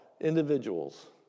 individuals